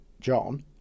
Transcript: John